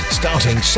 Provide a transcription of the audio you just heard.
starting